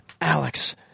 Alex